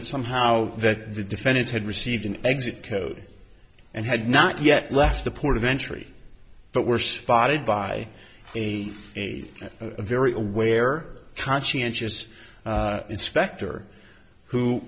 that somehow that the defendants had received an exit code and had not yet left the port of entry but were spotted by a very aware conscientious inspector who